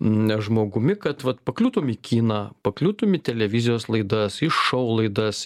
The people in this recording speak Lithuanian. ne žmogumi kad vat pakliūtum į kiną pakliūtum į televizijos laidas į šou laidas